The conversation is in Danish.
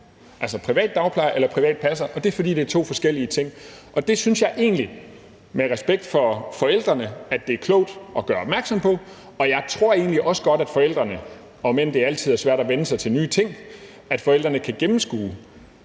er privat dagplejer eller privat passer, fordi det er to forskellige ting. Det synes jeg egentlig med respekt for forældrene er klogt at gøre opmærksom på. Jeg tror egentlig også, at forældrene, om end det altid er svært at vænne sig til nye ting, kan gennemskue,